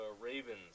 Ravens